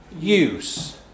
use